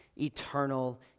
eternal